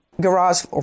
Garage